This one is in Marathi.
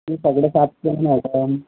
मी सगळं साफ केलं मॅडम